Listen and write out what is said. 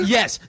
Yes